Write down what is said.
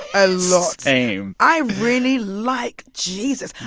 a lot same i really like jesus.